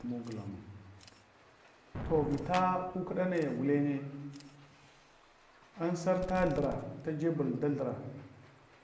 Tumog lamung. To vita kukuɗa naya gulenye am sarta thura, jebul da thura,